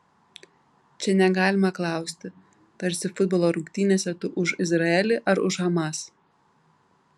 čia negalima klausti tarsi futbolo rungtynėse tu už izraelį ar už hamas